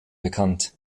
bekannt